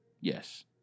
Yes